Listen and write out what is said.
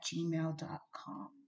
gmail.com